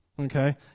Okay